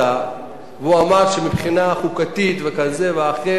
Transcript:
והוא אמר שמבחינה חוקתית וכזה ואחר,